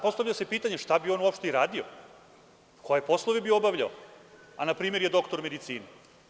Postavlja se pitanje šta bi on uopšte i radio, koje bi poslove obavljao, a npr. on je doktor medicine.